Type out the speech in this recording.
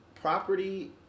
property